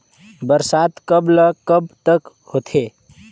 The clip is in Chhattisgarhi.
बरसात कब ल कब तक होथे?